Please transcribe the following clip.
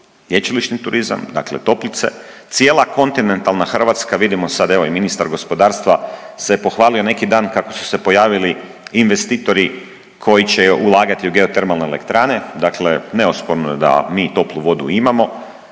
lječilišni turizam dakle toplice, cijela kontinentalna Hrvatska vidimo sad evo i ministar gospodarstva se pohvalio neki dan kako su se pojavili investitori koji će ulagati u geotermalne elektrane, dakle neosporno je da mi toplu vodu imamo.